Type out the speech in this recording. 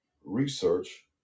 research